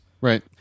Right